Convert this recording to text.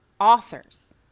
authors